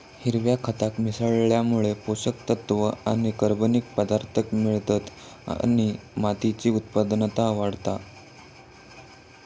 हिरव्या खताक मिसळल्यामुळे पोषक तत्त्व आणि कर्बनिक पदार्थांक मिळतत आणि मातीची उत्पादनता वाढता